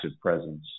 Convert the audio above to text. presence